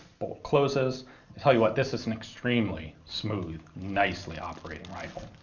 bolt closes. i'll tell you what, this is an extremely smooth nicely operating rifle.